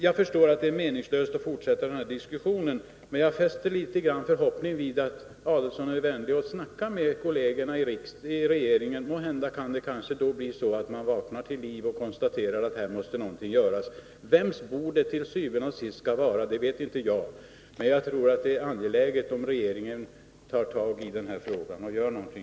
Jag förstår att det är meningslöst att fortsätta den här diskussionen, men jag fäster litet förhoppning vid att Ulf Adelsohn är vänlig att tala med kollegerna i regeringen. Måhända de då vaknar till liv och konstaterar att här måste någonting göras. Vems bord det til syvende og sidst skall vara vet inte jag, men jag tror att det är angeläget att regeringen tar tag i den här frågan och gör någonting.